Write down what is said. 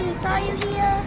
saw you here.